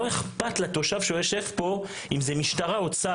לא אכפת לתושב שיושב פה אם זה משטרה או צה"ל.